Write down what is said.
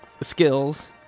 skills